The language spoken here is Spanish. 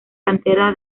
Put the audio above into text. cantera